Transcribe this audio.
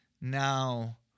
Now